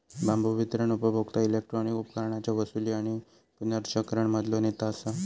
बांबू वितरण उपभोक्ता इलेक्ट्रॉनिक उपकरणांच्या वसूली आणि पुनर्चक्रण मधलो नेता असा